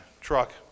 truck